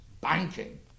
banking